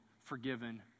forgiven